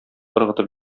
ыргытып